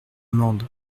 mende